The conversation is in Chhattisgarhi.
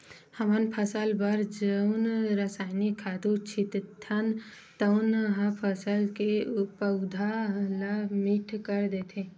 हमन फसल बर जउन रसायनिक खातू छितथन तउन ह फसल के पउधा ल मीठ कर देथे